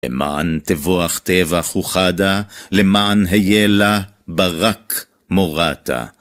למען תבואח טבח פוחדא, למען היאלה ברק מורתא.